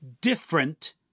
different